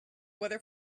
weather